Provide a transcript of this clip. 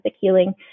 healing